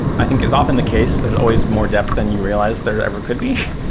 i think is often the case, there's always more depth than you realize there ever could be.